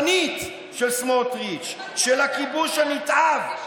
של תוכנית ההכרעה השטנית של סמוטריץ'; של הכיבוש הנתעב.